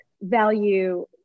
value